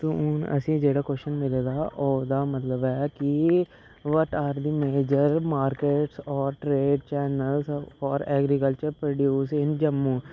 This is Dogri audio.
ते हून असेंगी जेह्ड़ा क्वेश्चन मिले दा ओह्दा मतलब ऐ कि what are the major market or trade channels for agriculture produce in Jammu